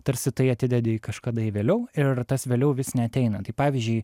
tarsi tai atidedi kažkada į vėliau ir tas vėliau vis neateina tai pavyzdžiui